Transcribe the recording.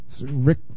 Rick